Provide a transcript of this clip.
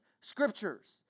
scriptures